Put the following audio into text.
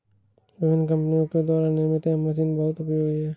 विभिन्न कम्पनियों के द्वारा निर्मित यह मशीन बहुत उपयोगी है